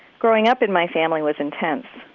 growing up in my family was intense.